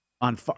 on